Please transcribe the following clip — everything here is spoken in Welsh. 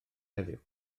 heddiw